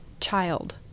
child